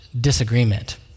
disagreement